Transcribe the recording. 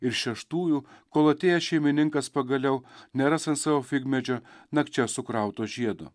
ir šeštųjų kol atėjęs šeimininkas pagaliau neras ant savo figmedžio nakčia sukrauto žiedo